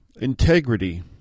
integrity